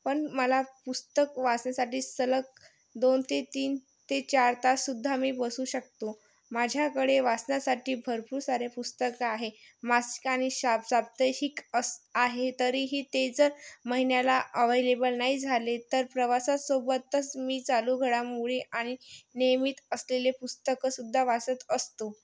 पण मला पुस्तक वाचायसाठी सलग दोन ते तीन ते चार तास सुद्धा मी बसू शकतो माझ्याकडे वाचण्यासाठी भरपूर सारे पुस्तकं आहे मासिकं आणि साप साप्ताहिक असं आहे तरीही ते जर महिन्याला अव्हेलेबल नाही झाले तर प्रवासासोबतच मी चालू घडामोडी आणि नियमित असलेले पुस्तकं सुद्धा वाचत असतो